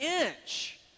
inch